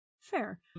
Fair